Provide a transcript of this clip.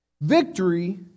Victory